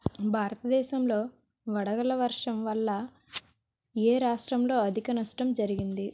భారతదేశం లో వడగళ్ల వర్షం వల్ల ఎ రాష్ట్రంలో అధిక నష్టం జరిగింది?